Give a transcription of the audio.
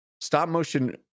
stop-motion